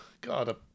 God